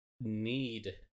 need